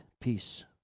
Peace